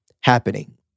happening